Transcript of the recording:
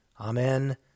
Amen